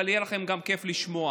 אבל יהיה גם לכם כיף לשמוע.